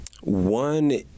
one